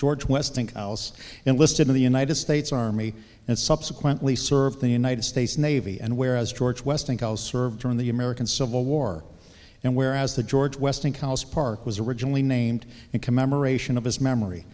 george westinghouse enlisted in the united states army and subsequently served the united states navy and whereas george westinghouse served during the american civil war and whereas the george westinghouse park was originally named in commemoration of his memory